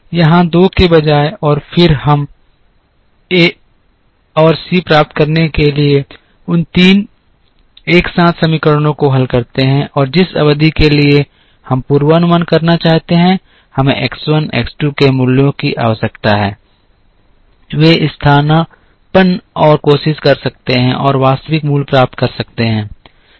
यहां दो के बजाय और फिर हम एब और सी प्राप्त करने के लिए उन तीन एक साथ समीकरणों को हल कर सकते हैं और जिस अवधि के लिए हम पूर्वानुमान करना चाहते हैं हमें x 1 x 2 के मूल्यों की आवश्यकता है वे स्थानापन्न और कोशिश कर सकते हैं और वास्तविक मूल्य प्राप्त कर सकते हैं